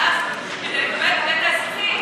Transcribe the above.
כי אז כדי לקבל את הגט האזרחי,